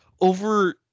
over